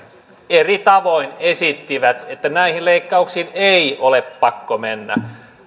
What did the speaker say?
eri tavoin esitti että näihin leikkauksiin ei ole pakko mennä